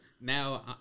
Now